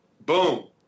Boom